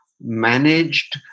managed